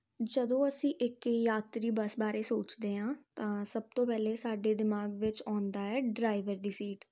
ਜਦੋਂ ਅਸੀਂ ਇੱਕ ਯਾਤਰੀ ਬੱਸ ਬਾਰੇ ਸੋਚਦੇ ਹਾਂ ਤਾਂ ਸਭ ਤੋਂ ਪਹਿਲੇ ਸਾਡੇ ਦਿਮਾਗ ਵਿੱਚ ਆਉਂਦਾ ਹੈ ਡਰਾਈਵਰ ਦੀ ਸੀਟ